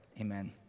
Amen